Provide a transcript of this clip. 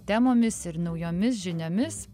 temomis ir naujomis žiniomis